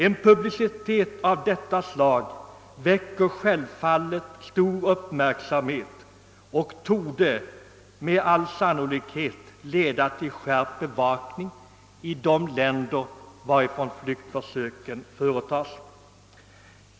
En publicitet av detta slag väcker självfallet stor uppmärksamhet och torde med all sannolikhet leda till skärpt bevakning i de länder, varifrån flyktförsöken företas.